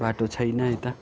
बाटो छैन यता